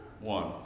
one